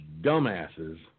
dumbasses